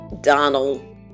Donald